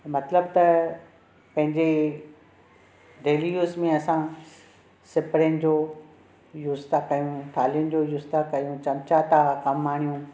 मतिलबु त पंहिंजे डैली यूज़ में असां सिपरिनि जो यूज़ था कयूं थालिनि जो यूज़ था कयूं चमचा था कमु आणियूं